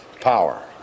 power